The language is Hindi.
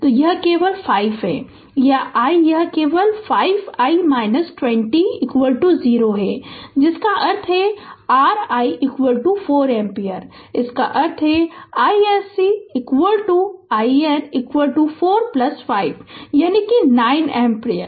तो यह केवल 5 है i यह केवल5 i 20 0 है जिसका अर्थ है r i 4 एम्पीयर का अर्थ है iSC IN 4 5 यानी 9 एम्पीयर